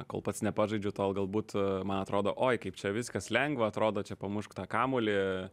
kol pats nepažaidžiu tol galbūt man atrodo oi kaip čia viskas lengva atrodo čia pamušk tą kamuolį